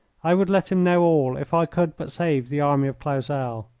i would let him know all if i could but save the army of clausel.